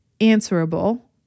answerable